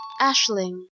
Ashling